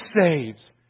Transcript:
saves